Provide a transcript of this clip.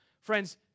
Friends